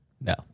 No